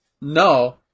No